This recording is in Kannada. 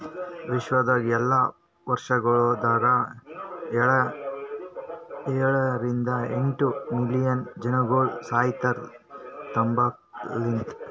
ವಿಶ್ವದಾಗ್ ಎಲ್ಲಾ ವರ್ಷಗೊಳದಾಗ ಏಳ ರಿಂದ ಎಂಟ್ ಮಿಲಿಯನ್ ಜನಗೊಳ್ ಸಾಯಿತಾರ್ ತಂಬಾಕು ಲಿಂತ್